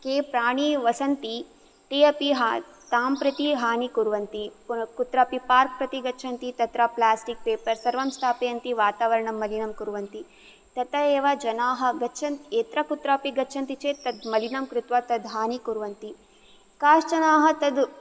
के प्राणी वसन्ति ते अपि तां प्रति हानिं कुर्वन्ति कुत्रापि पार्क् प्रति गच्छन्ति तत्र प्लास्टिक् पेपर् सर्वं स्थापयन्ति वातावरणं मलिनं कुर्वन्ति तथा एव जनाः गच्छन् यत्र कुत्रापि गच्छन्ति चेत् तत् मलिनं कृत्वा तद् हानि कुर्वन्ति काश्चनाः तद्